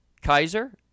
Kaiser